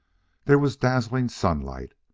there was dazzling sunlight.